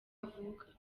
avuka